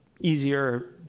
easier